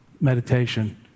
meditation